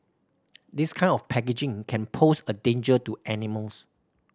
this kind of packaging can pose a danger to animals